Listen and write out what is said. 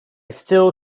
still